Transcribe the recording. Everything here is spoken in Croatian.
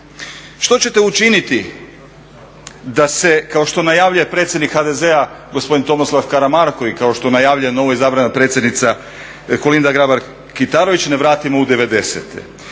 Što ćete učiniti da se kao što najavljuje predsjednik HDZ-a gospodin Tomislav Karamarko i kao što najavljuje novoizabrana predsjednica Kolinda Grabar-Kitarović ne vratimo u